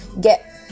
get